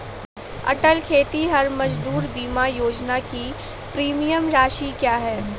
अटल खेतिहर मजदूर बीमा योजना की प्रीमियम राशि क्या है?